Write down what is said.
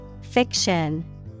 Fiction